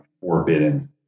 Forbidden